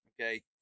okay